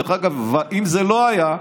דרך אגב, אם זה לא היה,